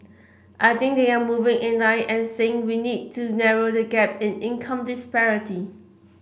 I think they are moving in line and saying we need to narrow the gap in income disparity